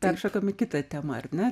peršokam į kitą temą ar ne